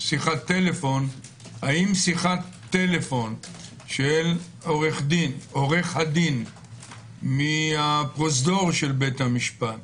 האם שיחת טלפון של עורך הדין מהפרוזדור של בית המשפט